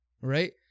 right